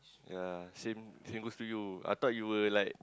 yea same same goes to you I thought you were like